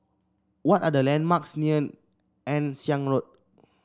what are the landmarks near Ann Siang Road